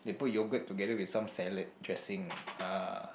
they put yogurt together with some salad dressing ah